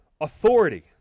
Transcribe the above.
authority